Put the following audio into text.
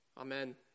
amen